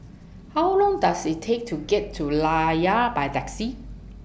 How Long Does IT Take to get to Layar By Taxi